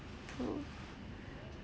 true